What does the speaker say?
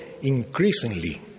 increasingly